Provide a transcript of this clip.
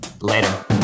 later